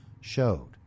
showed